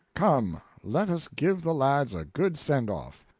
come, let us give the lads a good send off.